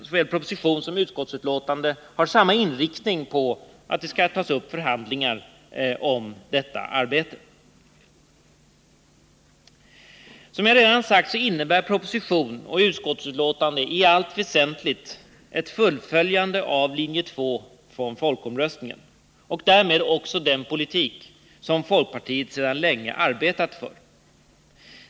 Såväl i proposition som i utskottsbetänkande har man samma inriktning på att det skall tas upp förhandlingar om detta arbete. Som jag redan sagt innebär proposition och utskottsbetänkande i allt väsentligt ett fullföljande av linje 2 i folkomröstningen och därmed också av den politik som folkpartiet sedan länge arbetat för.